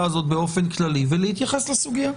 הזאת באופן כללי ולהתייחס לסוגיה.